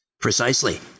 Precisely